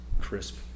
crisp